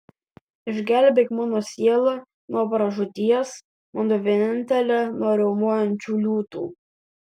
išgelbėk mano sielą nuo pražūties mano vienintelę nuo riaumojančių liūtų